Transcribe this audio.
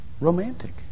Romantic